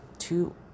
two